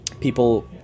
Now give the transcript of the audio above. people